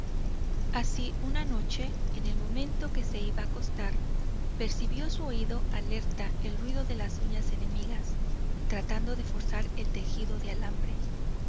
así una noche en el momento que se iba a acostar percibió su oído alerta el ruido de las uñas enemigas tratando de forzar el tejido de alambre